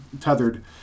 tethered